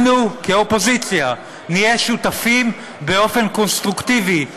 אנחנו כאופוזיציה נהיה שותפים באופן קונסטרוקטיבי,